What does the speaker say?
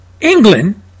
England